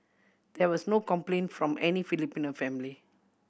there was no complaint from any Filipino family